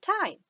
time